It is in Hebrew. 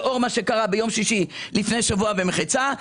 לאור מה שקרה ביום שישי לפני שבוע ומחצה,